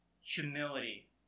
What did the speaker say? humility